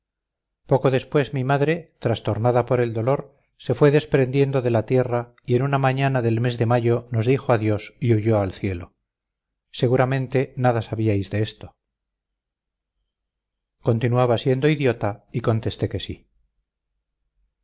poco después mi madre trastornada por el dolor se fue desprendiendo de la tierra y en una mañana del mes de mayo nos dijo adiós y huyó al cielo seguramente nada sabíais de esto continuaba siendo idiota y contesté que sí